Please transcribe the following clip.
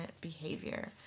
behavior